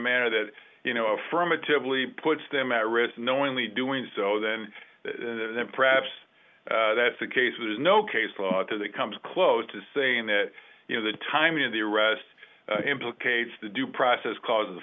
manner that you know affirmatively puts them at risk knowingly doing so then then perhaps that's the case was no case law to that comes close to saying that you know the timing of the arrest implicates the due process clause of the